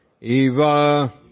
Eva